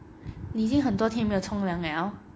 你已经很多天没有冲凉 liao